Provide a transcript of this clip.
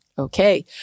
Okay